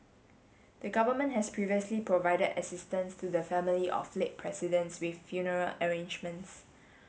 the government has previously provided assistance to the family of late presidents with funeral arrangements